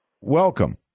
Welcome